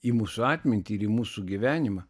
į mūsų atmintį ir į mūsų gyvenimą